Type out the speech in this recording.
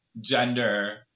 gender